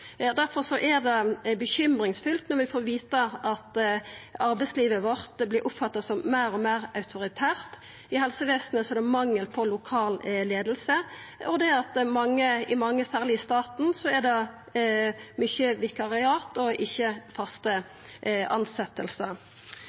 er det bekymringsfullt når vi får vita at arbeidslivet vårt vert oppfatta som meir og meir autoritært. I helsestellet er det mangel på lokal leiing, og særleg i staten er det mykje vikariat og ikkje faste